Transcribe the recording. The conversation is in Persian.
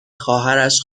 خواهرش